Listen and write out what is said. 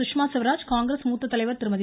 Sushma Swaraj Congress மூத்த தலைவர் திருமதி